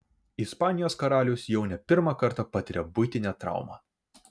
ispanijos karalius jau ne pirmą kartą patiria buitinę traumą